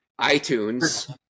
iTunes